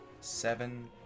seven